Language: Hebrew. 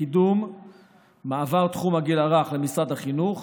לקידום מעבר תחום הגיל הרך למשרד החינוך,